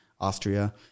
Austria